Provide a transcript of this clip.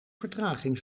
vertraging